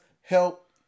help